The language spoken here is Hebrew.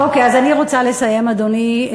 אוקיי, אז אני רוצה לסיים, אדוני.